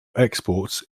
exports